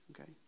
okay